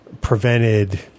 prevented